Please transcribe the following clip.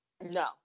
No